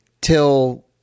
till